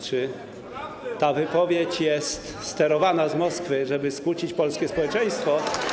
czy ta wypowiedź jest sterowana z Moskwy, żeby skłócić polskie społeczeństwo.